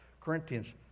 Corinthians